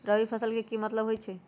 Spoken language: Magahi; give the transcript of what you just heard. रबी फसल के की मतलब होई छई?